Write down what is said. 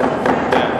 מה קורה אחרי כן,